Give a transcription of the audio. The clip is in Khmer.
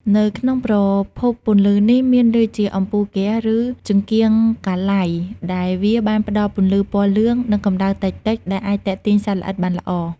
នៅក្នុងប្រភពពន្លឺនេះ មានដូចជា អំពូលហ្គាស ឬចង្កៀងកាឡៃ ដែលវាបានផ្តល់ពន្លឺពណ៌លឿង និងកំដៅតិចៗ ដែលអាចទាក់ទាញសត្វល្អិតបានល្អ។